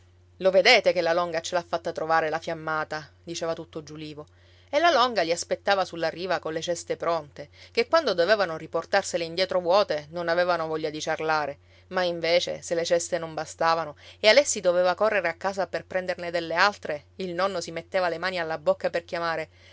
lo vedete che la longa ce l'ha fatta trovare la fiammata diceva tutto giulivo e la longa li aspettava sulla riva colle ceste pronte che quando dovevano riportarsele indietro vuote non avevano voglia di ciarlare ma invece se le ceste non bastavano e alessi doveva correre a casa a prenderne delle altre il nonno si metteva le mani alla bocca per chiamare